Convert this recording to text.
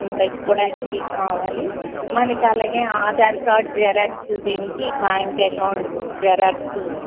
తెచ్చుకోవడానికి కావాలి మనకి అలాగే ఆధార్ కార్డు జిరాక్స్ చూపినీకి బ్యాంక్ ఎకౌంట్ జిరాక్సు